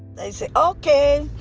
they say, ok,